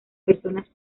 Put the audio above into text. personas